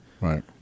right